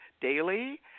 Daily